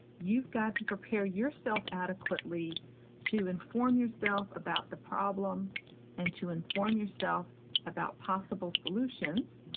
you've got to prepare yourself adequately to inform yourself about the problem and to inform yourself about possible solutions.